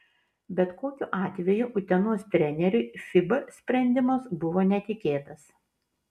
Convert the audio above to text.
bet kokiu atveju utenos treneriui fiba sprendimas buvo netikėtas